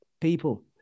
people